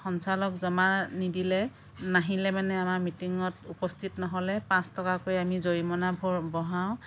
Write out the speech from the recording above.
সঞ্চলক জমা নিদিলে নাহিলে মানে আমাৰ মিটিঙত উপস্থিত নহ'লে পাঁচ টকাকৈ আমি জৰিমনা ভৰোঁ বহাও